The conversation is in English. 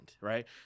right